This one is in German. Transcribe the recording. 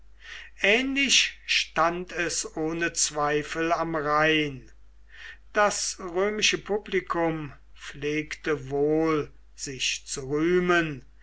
ähnlich stand es ohne zweifel am rhein das römische publikum pflegte wohl sich zu rühmen